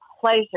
pleasure